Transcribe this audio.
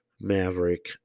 maverick